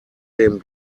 dem